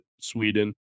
Sweden